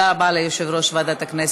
עכשיו אני עובר להודעה שדורשת הצבעה.